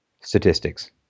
statistics